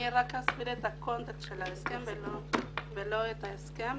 אני רק אסביר את הקונטקסט של ההסכם ולא את ההסכם.